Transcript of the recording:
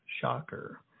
Shocker